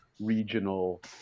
regional